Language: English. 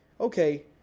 okay